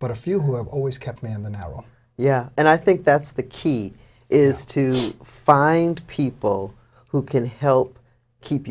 but a few who have always kept man the now oh yeah and i think that's the key is to find people who can help keep